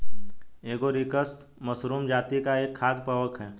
agaricus mushroom जाती का एक खाद्य कवक है